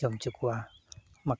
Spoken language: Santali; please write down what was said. ᱡᱚᱢ ᱚᱪᱚ ᱠᱚᱣᱟ